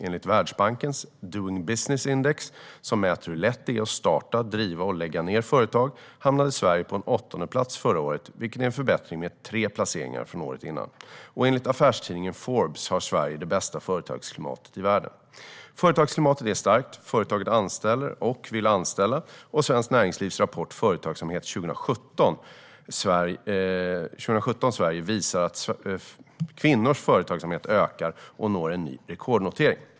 Enligt Världsbankens Doing Business Index, som mäter hur lätt det är att starta, driva och lägga ned företag, hamnar Sverige på en åttonde plats förra året, vilket är en förbättring med tre placeringar från året innan. Enligt affärstidningen Forbes har Sverige det bästa företagsklimatet i världen. Företagsklimatet är starkt, företag anställer och vill anställa och Svenskt Näringslivs rapport Företagsamheten 2017 Sverige visar att kvinnors företagsamhet ökar och når en ny rekordnotering.